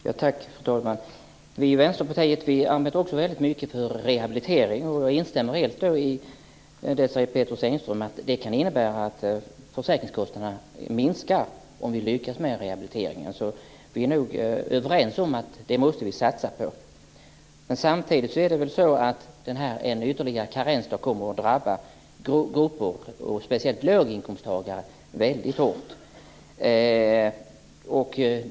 Fru talman! Vi i Vänsterpartiet är i allmänhet också mycket för rehabilitering. Jag instämmer helt med Desirée Pethrus Engström att det kan innebära att försäkringskostnaderna minskar om vi lyckas med rehabiliteringen. Vi är nog överens om att vi måste satsa på det. Samtidigt kommer ytterligare en karensdag att drabba speciellt låginkomsttagare väldigt hårt.